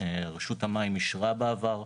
רשות המים אישרה בעבר.